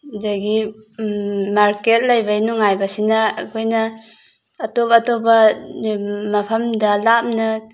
ꯑꯗꯒꯤ ꯃꯥꯔꯀꯦꯠ ꯂꯩꯕꯩ ꯅꯨꯡꯉꯥꯏꯕꯁꯤꯅ ꯑꯩꯈꯣꯏꯅ ꯑꯇꯣꯞ ꯑꯇꯣꯞꯄ ꯃꯐꯝꯗ ꯂꯥꯞꯅ